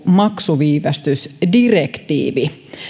maksuviivästysdirektiivi